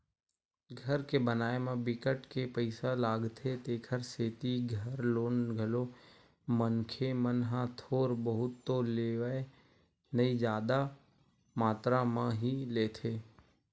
घर के बनाए म बिकट के पइसा लागथे तेखर सेती घर लोन घलो मनखे मन ह थोर बहुत तो लेवय नइ जादा मातरा म ही लेथे